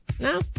No